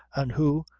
and who,